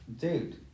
dude